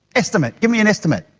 estimate, give me an estimate.